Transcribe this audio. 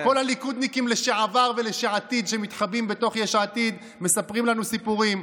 כל הליכודניקים לשעבר ולעתיד שמתחבאים בתוך יש עתיד מספרים לנו סיפורים.